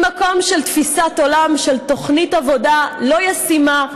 ממקום של תפיסת עולם של תוכנית עבודה לא ישימה,